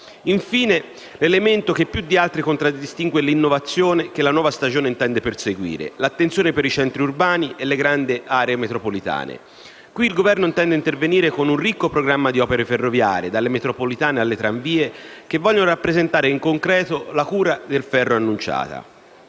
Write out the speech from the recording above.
Infine, l'elemento che più di altri contraddistingue l'innovazione che la nuova stagione intende perseguire è l'attenzione per i centri urbani e le grandi aree metropolitane. Qui il Governo intende intervenire con un ricco programma di opere ferroviarie, dalle metropolitane alle tramvie, che vogliono rappresentare in concreto la cura del ferro annunciata.